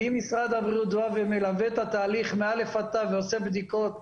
ואם משרד הבריאות בא ומלווה את התהליך מ-א' עד ת' ועושה בדיקות,